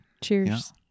cheers